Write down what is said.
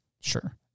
Sure